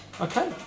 okay